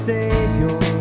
Savior